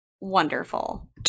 wonderful